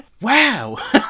Wow